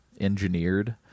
engineered